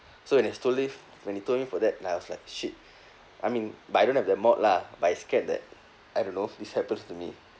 so when when he told me for that like I was like shit I mean but I don't have that mod lah but I scared that I don't know this happens to me